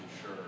sure